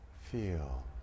feel